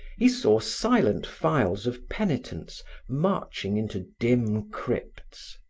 he saw silent files of penitents marching into dim crypts.